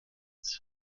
des